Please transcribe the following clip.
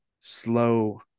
slow